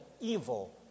evil